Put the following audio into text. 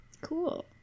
cool